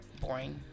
boring